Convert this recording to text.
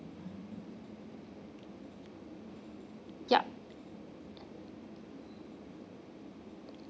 yup